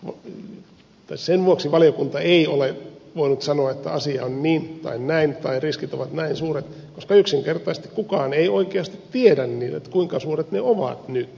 opin ja sen vuoksi valiokunta ei ole voinut sanoa että asia on niin tai näin tai riskit ovat näin suuret koska yksinkertaisesti kukaan ei oikeasti tiedä kuinka suuret ne ovat nyt